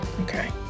Okay